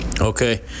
Okay